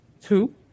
two